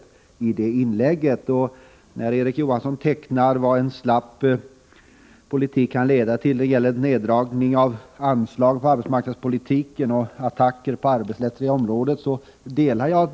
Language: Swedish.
Jag delar de åsikter som kom till uttryck när Erik Johansson tecknade bilden av vad en slapp politik kan leda till när det gäller neddragning av anslag till arbetsmarknadspolitiken och attacker på det arbetsrättsliga området.